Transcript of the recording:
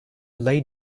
lay